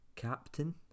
captain